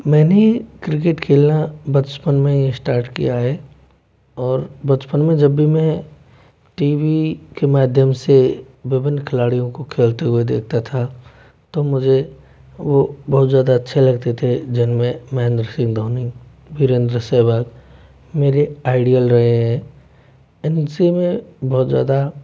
मैने क्रिकेट खेलना बचपन में ही स्टार्ट किया है और बचपन में जब भी मैं टी वी के माध्यम से विभिन्न खिलाड़ियों को खेलते हुए देखता था तो मुझे वो बहुत ज़्यादा अच्छे लगते थे जिन में महेंद्र सिंह धोनी वीरेंद्र सेहवाग मेरे आइडल रहे हैं इन से मैं बहुत ज़्यादा